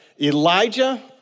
Elijah